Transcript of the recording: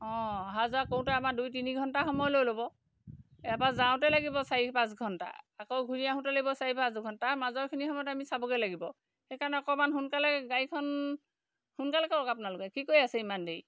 অঁ অহা যোৱা কৰোঁতে আমাৰ দুই তিনি ঘণ্টা সময় লৈ ল'ব ইয়াৰপৰা যাওঁতেই লাগিব চাৰি পাঁচ ঘণ্টা আকৌ ঘূৰি আহোঁতে লাগিব চাৰি পাঁচ ঘণ্টা তাৰ মাজৰখিনি সময়ত আমি চাবগৈ লাগিব সেইকাৰণে অকণমান সোনকালে গাড়ীখন সোনকালে কৰক আপোনালোকে কি কৰি আছে ইমান দেৰি